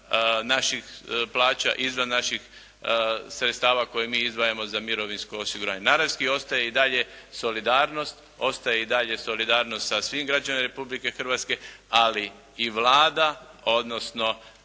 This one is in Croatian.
naših plaća, izvan naših sredstava koje mi izdvajamo za mirovinsko osiguranje. …/Govornik se ne razumije./… ostaje i dalje solidarnost, ostaje i dalje solidarnost sa svim građanima Republike Hrvatske, ali i Vlada, odnosno